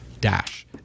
dash